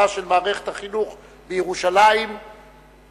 של מערכת החינוך בירושלים המזרחית,